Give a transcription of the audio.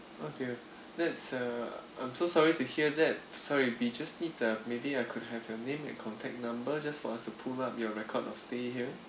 okay that's uh I'm so sorry to hear that sorry we just need uh maybe I could have your name and contact number just for us to pull up your record of stay here